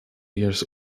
years